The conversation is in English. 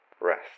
Rest